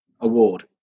award